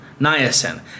niacin